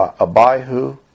Abihu